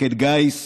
כמפקד גיס,